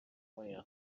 manhã